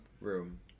room